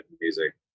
music